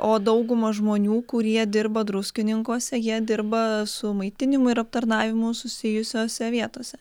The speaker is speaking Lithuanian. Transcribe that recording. o dauguma žmonių kurie dirba druskininkuose jie dirba su maitinimu ir aptarnavimu susijusiose vietose